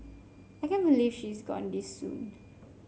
I can't believe she is gone this soon